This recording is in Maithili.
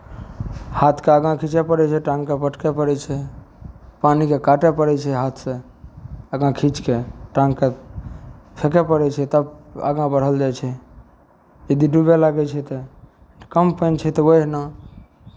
हाथकेँ आगाँ खींचय पड़ै छै टाङ्गकेँ पटकय पड़ै छै पानिकेँ काटय पड़ै छै हाथ से आगाँ खीँचि कऽ टाङ्गकेँ फेकय पड़ै छै तब आगाँ बढ़ल जाइ छै यदि डूबय लागै छै तऽ कम पानि छै तऽ ओहिना